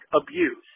abuse